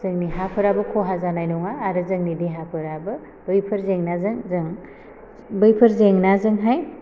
जोंनि हाफोराबो खहा जानाय नङा जोंनि देहाफोराबो बैफोर जेंनाजों जों बैफोर जेंनाजोंहाय